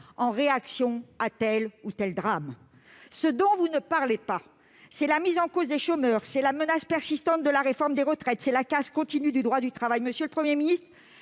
en réaction à tel ou tel drame. Ce dont vous ne parlez pas, c'est la mise en cause des chômeurs, c'est la menace persistante de la réforme des retraites, c'est la casse continue du droit du travail. Monsieur le Premier ministre,